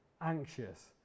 anxious